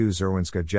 Zerwinska